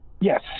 Yes